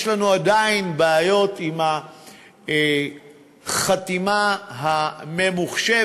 יש לנו עדיין בעיות עם החתימה הממוחשבת,